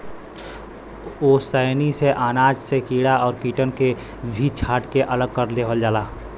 ओसैनी से अनाज से कीड़ा और कीटन के भी छांट के अलग कर देवल जाला